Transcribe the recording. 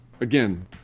Again